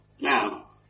Now